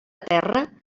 terra